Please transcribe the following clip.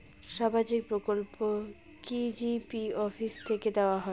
সামাজিক প্রকল্প কি জি.পি অফিস থেকে দেওয়া হয়?